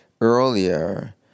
earlier